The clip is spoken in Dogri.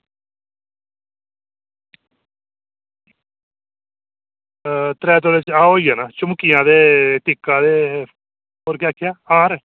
हां त्रै तोले होई जाना झुमकियां ते टिक्का ते और के आक्खेआ हार